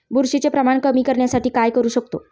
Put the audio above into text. बुरशीचे प्रमाण कमी करण्यासाठी काय करू शकतो?